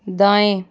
दाएं